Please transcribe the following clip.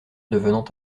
devenant